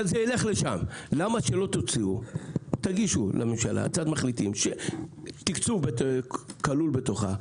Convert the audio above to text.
למה שלא תגישו לממשלה הצעת מחליטים שתקצוב כלול בתוכה,